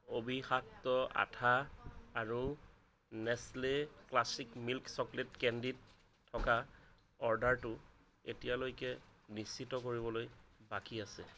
অবিষাক্ত আঠা আৰু Nestle classic milk chocolate candy থকা অৰ্ডাৰটো এতিয়ালৈকে নিশ্চিত কৰিবলৈ বাকী আছে